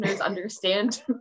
understand